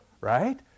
right